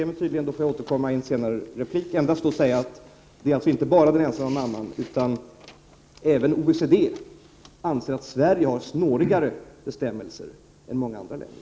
1988/89:89 överskridit tiden och ber att få återkomma i en senare replik. 4 april 1989